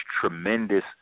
tremendous